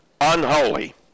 unholy